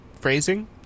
Phrasing